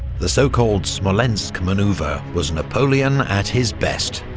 the so-called smolensk manoeuvre ah was napoleon at his best.